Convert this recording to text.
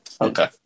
Okay